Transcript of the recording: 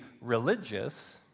religious